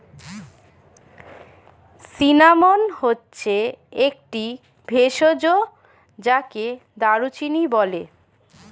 cinnamon হচ্ছে একটি ভেষজ যাকে দারুচিনি বলে